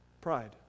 Pride